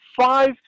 five